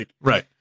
Right